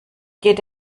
geht